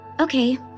Okay